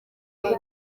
mbere